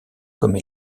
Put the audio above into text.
comme